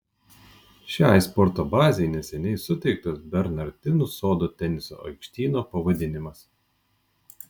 šiai sporto bazei neseniai suteiktas bernardinų sodo teniso aikštyno pavadinimas